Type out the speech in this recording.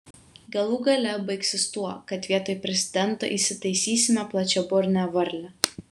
galų gale baigsis tuo kad vietoj prezidento įsitaisysime plačiaburnę varlę